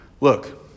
Look